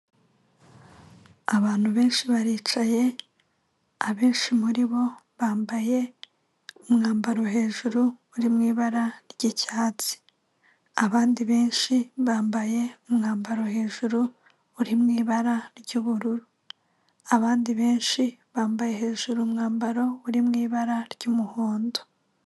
Abantu benshi baricaye, abenshi muri bo bambaye umwambaro hejuru uri mu ibara ry'icyatsi. Abandi benshi bambaye umwambaro hejuru uri ibara ry'ubururu. Abandi benshi bambaye hejuru umwambaro uri mu ibara ry'umuhondo.